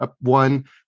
one